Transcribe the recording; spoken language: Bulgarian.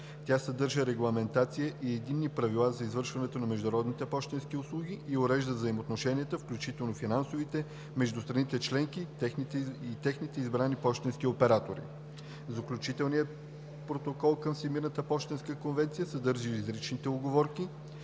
Тя съдържа регламентация и единни правила за извършването на международните пощенски услуги и урежда взаимоотношенията, включително финансовите, между страните членки и техните избрани пощенски оператори. Заключителният протокол към Всемирната пощенска конвенция съдържа изричните уговорки,